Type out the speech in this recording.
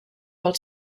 pel